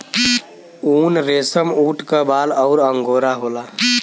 उनरेसमऊट क बाल अउर अंगोरा होला